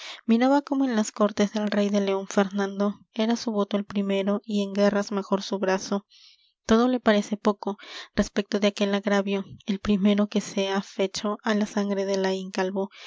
miraba cómo en las cortes del rey de león fernando era su voto el primero y en guerras mejor su brazo todo le parece poco respecto de aquel agravio el primero que se ha fecho á la sangre de laín calvo